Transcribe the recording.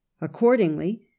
Accordingly